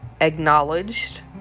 acknowledged